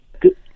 Good